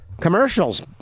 Commercials